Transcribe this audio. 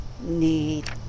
need